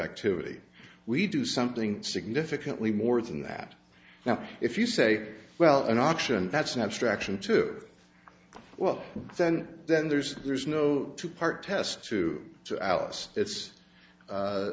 activity we do something significantly more than that now if you say well an auction that's an abstraction to well then then there's there's no two part test to alice it's